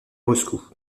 moscou